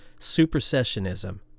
supersessionism